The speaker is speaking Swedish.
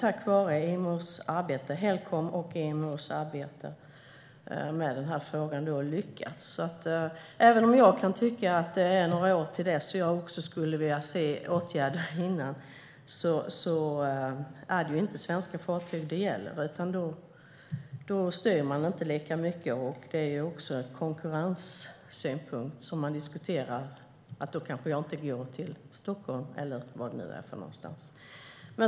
Men nu har man tack vare Helcom och IMO:s arbete med den här frågan lyckats, även om jag kan tycka att det är några år till dess och skulle vilja se åtgärder dessförinnan. Men det är ju inte svenska fartyg det gäller, och då styr man inte lika mycket. Det finns också en konkurrenssynpunkt som man diskuterar: Då kanske jag inte går till Stockholm eller var det nu är för någonstans.